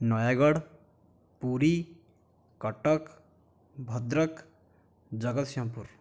Nayagarh Puri Cuttack Bhadrak Jagatsinghpur